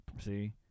See